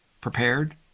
prepared